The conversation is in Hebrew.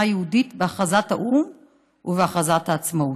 יהודית בהכרזת האו"ם ובהכרזת העצמאות.